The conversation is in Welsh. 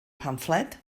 pamffled